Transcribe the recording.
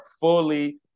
fully